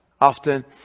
Often